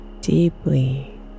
deeply